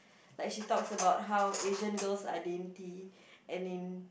like she talks about how Asian girls are dainty and in